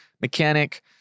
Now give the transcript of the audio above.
mechanic